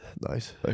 Nice